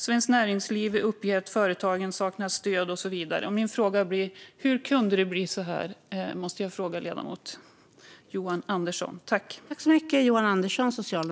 Svenskt Näringsliv uppger att företagen saknar stöd, och så vidare. Min fråga till ledamoten Johan Andersson blir: Hur kunde det bli så här?